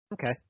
Okay